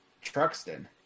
Truxton